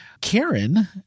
Karen